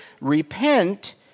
repent